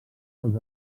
als